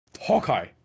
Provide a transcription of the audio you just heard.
hawkeye